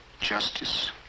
Justice